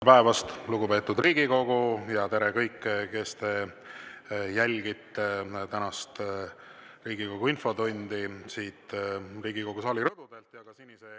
päevast, lugupeetud Riigikogu! Tere kõik, kes te jälgite tänast Riigikogu infotundi siit Riigikogu saali rõdu pealt või sinise